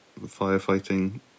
firefighting